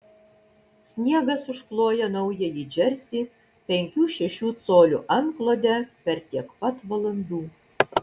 sniegas užkloja naująjį džersį penkių šešių colių antklode per tiek pat valandų